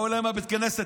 באו אליי מבית הכנסת,